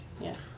Yes